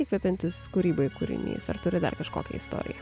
įkvepiantys kūrybai kūrinys ar turi dar kažkokią istoriją